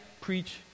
preach